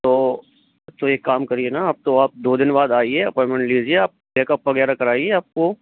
तो तो एक काम करिए ना आप तो आप दो दिन बाद आइए अपोइनमेंट लीजिए आप चेकअप वग़ैरह कराइए आपको